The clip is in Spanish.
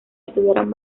estuvieran